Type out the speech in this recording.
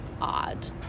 odd